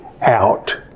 out